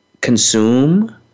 consume